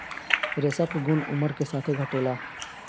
रेशा के गुन उमर के साथे घटेला